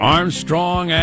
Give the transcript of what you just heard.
Armstrong